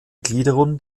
gliederung